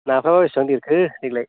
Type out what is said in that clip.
नाफ्राबा बेसेबां देरखो देग्लाय